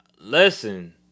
Listen